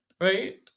Right